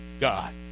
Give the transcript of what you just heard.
God